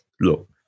look